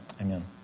Amen